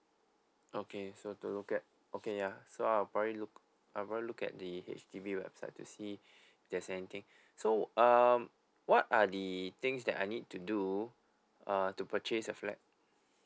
okay so to look at okay ya so I'll probably look I'll probably look at the H_D_B website to see there's anything so um what are the things that I need to do uh to purchase a flat